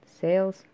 sales